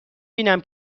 بینم